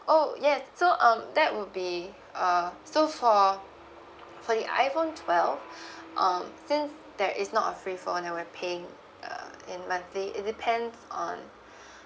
oh yes so um that would be uh so for for the iPhone twelve um since that is not a free phone that we're paying uh in monthly it depends on